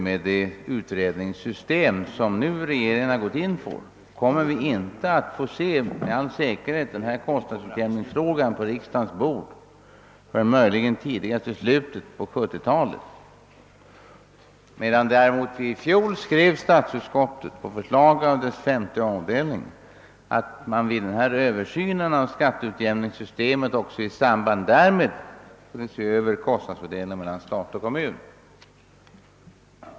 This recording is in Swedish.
Med det utredningssystem, som regeringen nu har gått in för, kommer vi med all säkerhet inte att få kostnadsutjämningsfrågan lagd på riksdagens bord förrän tidigast i slutet av 1970 talet, medan statsutskottet i fjol på förslag av sin femte avdelning skrev att man vid översynen av skatteutjämningssystemet också borde se över kostnadsfördelningen mellan stat och kommun.